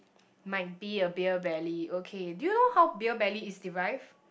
might be a beer belly okay do you know how beer belly is derived